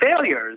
failures